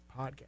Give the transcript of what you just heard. podcast